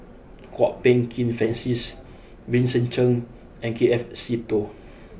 Kwok Peng Kin Francis Vincent Cheng and K F Seetoh